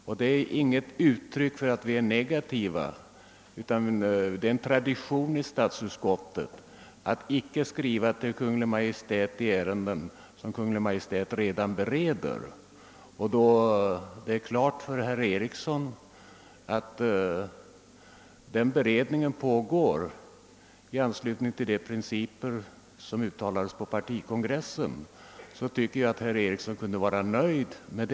Detta är inte något uttryck för att vi är negativa, utan det är i statsutskottet tradition att icke skriva till Kungl. Maj:t i ärenden som Kungl. Maj:t redan bereder. Det är klart för herr Ericson i Örebro att denna beredning pågår. Med tanke på de principer som uttalades på partikongressen borde herr Ericson kunna vara nöjd.